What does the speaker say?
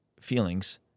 feelings